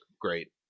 great